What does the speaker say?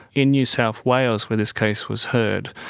in new south wales where this case was heard,